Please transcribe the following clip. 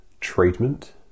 treatment